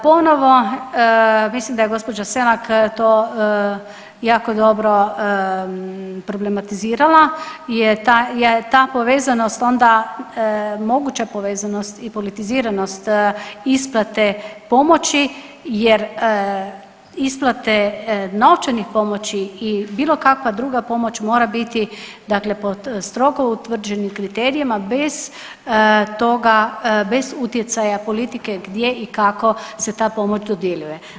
Ponovno mislim da je gospođa Selak to jako dobro problematizirala je ta povezanost onda moguća povezanost i politiziranost isplate pomoći jer isplate novčanih pomoći i bilo kakva druga pomoć mora biti, dakle pod strogo utvrđenim kriterijima bez utjecaja politike gdje i kako se ta pomoć dodjeljuje.